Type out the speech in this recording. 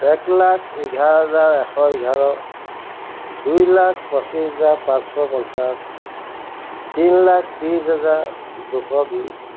এক লাখ এঘাৰ হাজাৰ এশ এঘাৰ দুই লাখ পঁচিছ হাজাৰ পাঁচশ পঞ্চাছ তিনি লাখ ত্ৰিছ হাজাৰ দুশ বিছ